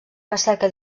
recerca